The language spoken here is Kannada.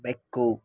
ಬೆಕ್ಕು